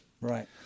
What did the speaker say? Right